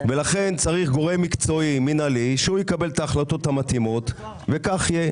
לכן צריך גורם מקצועי מנהלי שהוא יקבל את ההחלטות המתאימות וכך יהיה.